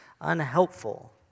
unhelpful